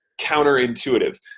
counterintuitive